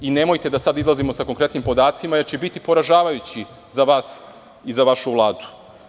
Nemojte da sada izlazimo sa konkretnim podacima, jer će biti poražavajući za vas i za vašu Vladu.